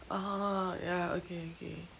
oh ya ookay ookay